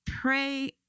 pray